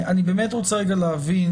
אני באמת רוצה רגע להבין,